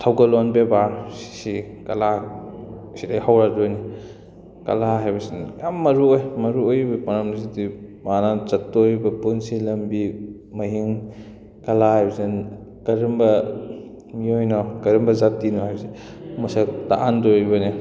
ꯊꯧꯒꯜꯂꯣꯟ ꯕꯦꯕꯥꯔ ꯁꯤ ꯀꯂꯥꯁꯤꯗꯩ ꯍꯧꯔꯛꯇꯣꯏꯅꯤ ꯀꯂꯥ ꯍꯥꯏꯕꯁꯤꯅ ꯌꯥꯝ ꯃꯔꯨ ꯑꯣꯏ ꯃꯔꯨ ꯑꯣꯏꯔꯤꯕꯩ ꯃꯔꯝꯁꯤꯗꯤ ꯃꯥꯅ ꯆꯠꯇꯧꯔꯤꯕ ꯄꯨꯟꯁꯤ ꯂꯝꯕꯤ ꯃꯍꯤꯡ ꯀꯂꯥ ꯍꯥꯏꯕꯁꯤꯅ ꯀꯔꯝꯕ ꯃꯤꯑꯣꯏꯅꯣ ꯀꯔꯝꯕ ꯖꯥꯇꯤꯅꯣ ꯍꯥꯏꯕꯁꯤ ꯃꯁꯛ ꯇꯥꯛꯑꯝꯗꯣꯔꯤꯕꯅꯦ